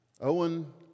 owen